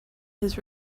his